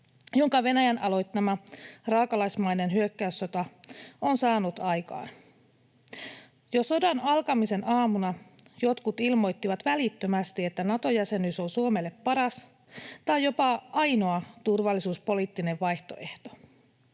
jonka Venäjän aloittama raakalaismainen hyökkäyssota on saanut aikaan. Jo sodan alkamisen aamuna jotkut ilmoittivat välittömästi, että Nato-jäsenyys on Suomelle paras — tai jopa ainoa — turvallisuuspoliittinen vaihtoehto.